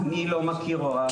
אני לא מכיר הוראה כזאת.